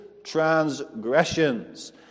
transgressions